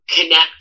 connect